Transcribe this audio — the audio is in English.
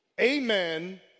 Amen